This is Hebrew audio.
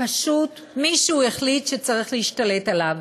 פשוט מישהו החליט שצריך להשתלט עליו.